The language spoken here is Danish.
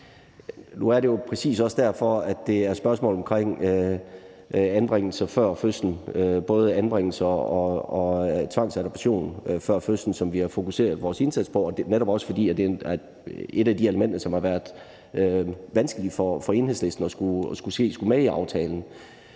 Nu er det jo præcis også derfor, at det er spørgsmål om anbringelser og tvangsadoption før fødslen, som vi har fokuseret vores indsats på. Og det er netop også, fordi det er et af de elementer, det har været vanskeligt for Enhedslisten at skulle se komme med i aftalen.